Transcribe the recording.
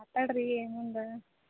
ಮಾತಾಡ್ರಿ ಏನು ಒಂದು